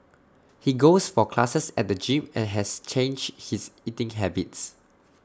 he goes for classes at the gym and has changed his eating habits